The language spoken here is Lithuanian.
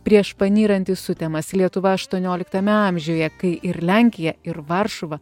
prieš panyrant į sutemas lietuva aštuonioliktame amžiuje kai ir lenkija ir varšuva